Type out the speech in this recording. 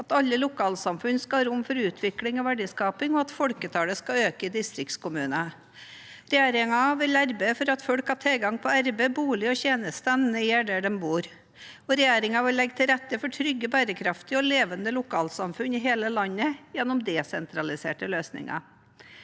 alle lokalsamfunn skal ha rom for utvikling og verdiskaping, og at folketalet skal auke i distriktskommunar. Regjeringa vil arbeide for at folk har tilgang på arbeid, bustad og gode tenester nær der dei bur. Regjeringa vil leggje til rette for trygge, berekraftige og levande lokalsamfunn i heile landet gjennom desentraliserte løysingar.»